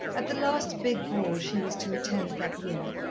at the last big ball she was to attend that year,